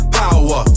power